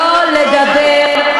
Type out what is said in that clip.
שלא לדבר,